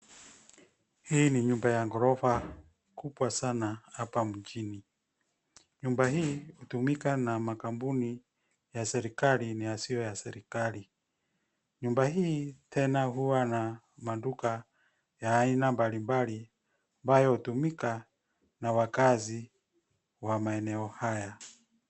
Hii ni nyumba ya gorofa kubwa sana hapa mjini. Nyumba hii hutumika na makampuni ya serikali na yasiyo ya serikali. Nyumba hii tena huwa na maduka ya aina mbali mbali ambayo hutumika na wakazi wa maeneo haya.